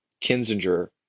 Kinzinger